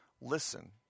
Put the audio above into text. listen